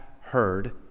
heard